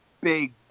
big